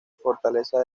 fortaleza